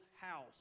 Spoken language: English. house